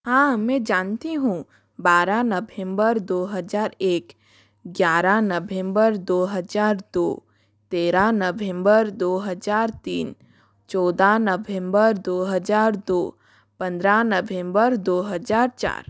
हाँ में जानती हूँ बारह नभेम्बर दो हज़ार एक ग्यारह नभेम्बर दो हज़ार दो तेरह नभेम्बर दो हज़ार तीन चौदह नभेम्बर दो हज़ार दो पंद्रह नभेम्बर दो हज़ार चार